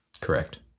Correct